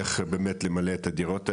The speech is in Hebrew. איך באמת למלא את הדירות האלה,